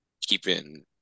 keeping